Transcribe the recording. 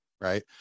right